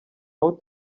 aho